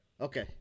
Okay